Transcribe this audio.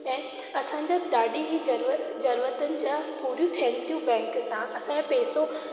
ऐं असां जा ॾाढी ई ज़रूरत ज़रूरतुनि जा पूरियूं थियनि थियूं बैंक सां असां जो पैसो